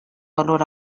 valor